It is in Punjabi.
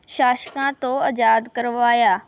ਸ਼ਾਸਕਾਂ ਤੋਂ ਆਜ਼ਾਦ ਕਰਵਾਇਆ